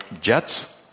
jets